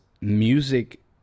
music